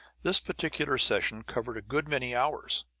this particular session covered a good many hours.